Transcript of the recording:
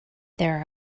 there